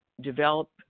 develop